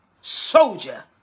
soldier